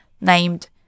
named